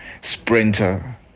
sprinter